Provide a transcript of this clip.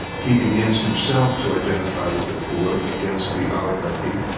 he begins himself to identify with the poor against the oligarchy,